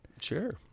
Sure